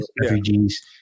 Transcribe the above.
refugees